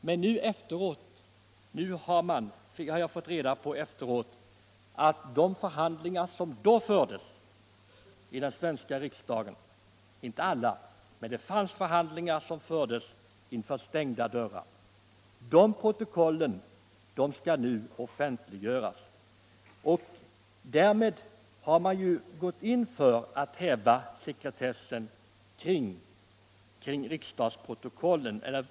Vissa förhandlingar — inte alla — i den svenska riksdagen fördes nämligen under andra världskrigets dagar inom stängda dörrar. Efteråt har jag fått veta att protokollen från dessa förhandlingar nu skall offentliggöras, och därmed har man ju gått in för att häva sekretessen kring riksdagens hemliga protokoll från denna tid.